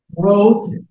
Growth